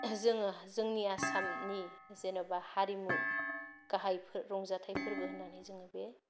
जोङो जोंनि आसामनि जेनोबा हारिमु गाहाय रंजाथाय फोरबो होननानै जोङो बे